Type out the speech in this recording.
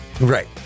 Right